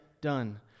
done